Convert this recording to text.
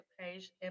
page